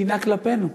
תנהג כלפינו,